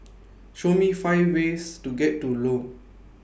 Show Me five ways to get to Lome